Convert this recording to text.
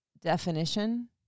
definition